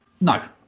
no